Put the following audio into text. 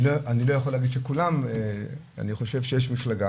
אני חושב שיש מפלגה,